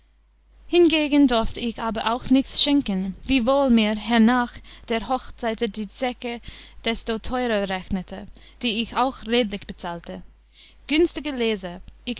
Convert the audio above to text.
hingegen dorfte ich aber auch nichts schenken wiewohl mir hernach der hochzeiter die zeche desto teurer rechnete die ich auch redlich bezahlte günstiger leser